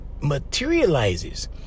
materializes